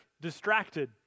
distracted